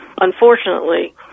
Unfortunately